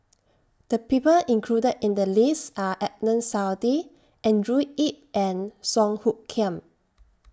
The People included in The list Are Adnan Saidi Andrew Yip and Song Hoot Kiam